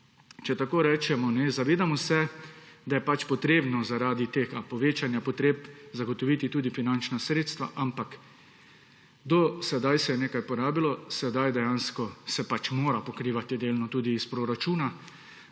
Če tako rečemo, zavedamo se, da je pač treba zaradi povečanja potreb zagotoviti tudi finančna sredstva, ampak do sedaj se je nekaj porabilo, sedaj dejansko se pač mora pokrivati delno tudi iz proračuna.